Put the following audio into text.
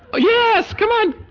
ah yeah yes, come on.